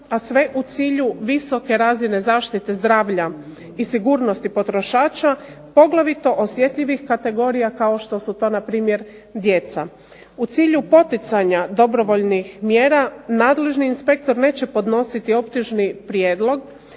a sve u cilju visoke razine zaštite zdravlja i sigurnosti potrošača poglavito osjetljivih kategorija kao što su to npr. djeca. U cilju poticanja dobrovoljnih mjera nadležni inspektor neće podnositi optužni prijedlog